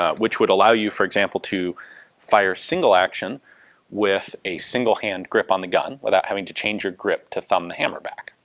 ah which would allow you for example to fire single action with a single hand grip on the gun, without having to change your grip to thumb the hammer back.